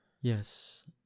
Yes